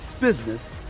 business